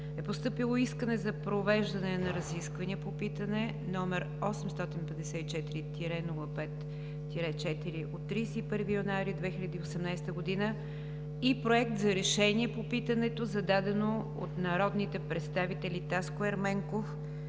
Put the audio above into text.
е постъпило Искане за провеждане на разисквания по питане № 854-05-4 от 31 януари 2018 г. и Проект за решение по питането, зададено от народните представители Таско Ерменков,